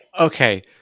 okay